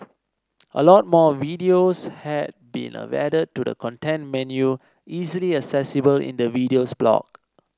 a lot more videos have been added to the content menu easily accessible in the Videos block